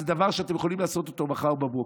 זה דבר שאתם יכולים לעשות מחר בבוקר.